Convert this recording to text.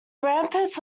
ramparts